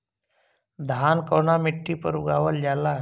धान कवना मिट्टी पर उगावल जाला?